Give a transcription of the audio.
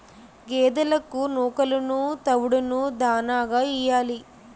గేదెలకు నూకలును తవుడును దాణాగా యియ్యాలి